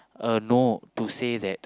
a no to say that